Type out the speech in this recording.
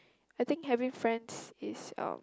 I think having friends is uh